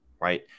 Right